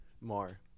more